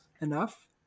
enough